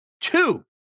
two